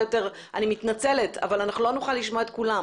אני מתנצלת אבל אנחנו לא נוכל לשמוע את כולם.